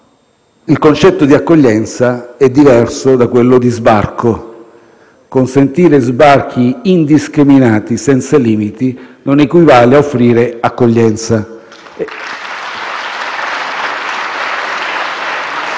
il concetto di accoglienza è diverso da quello di sbarco. Consentire sbarchi indiscriminati senza limiti non equivale a offrire accoglienza.